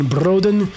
Broden